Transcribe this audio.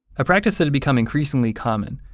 a practice that had become increasingly common,